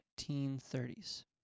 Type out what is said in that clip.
1930s